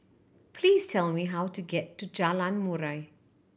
please tell me how to get to Jalan Murai